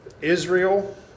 Israel